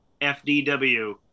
FDW